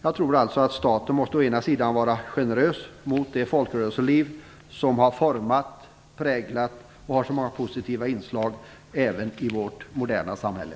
Jag tror alltså att staten måste vara generös mot det folkrörelseliv som med så många positiva inslag har format och präglat även vårt moderna samhälle.